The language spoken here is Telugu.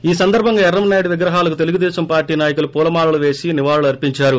ఈ సందర్సంగా ఎర్రం నాయుడు విగ్రహాలకు తెలుగుదేశం పార్లీ నాయకులు పూలమాలలు పేసి నివాళులు అర్సించారు